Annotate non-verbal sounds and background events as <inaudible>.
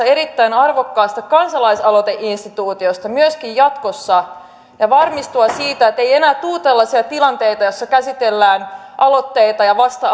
<unintelligible> erittäin arvokkaasta kansalaisaloiteinstituutiosta myöskin jatkossa ja varmistua siitä ettei enää tule tällaisia tilanteita joissa käsitellään aloitteita ja vasta <unintelligible>